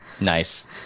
Nice